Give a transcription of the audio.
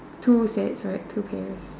two sets right two pairs